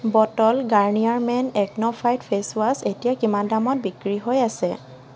bottle গাৰ্নিয়াৰ men acno fight facewash এতিয়া কিমান দামত বিক্ৰী হৈ আছে